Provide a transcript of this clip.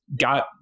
got